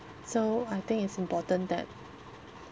so I think it's important that